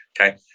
Okay